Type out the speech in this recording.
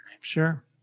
Sure